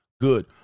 good